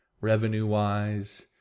revenue-wise